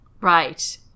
Right